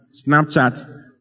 Snapchat